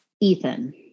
Ethan